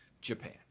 Japan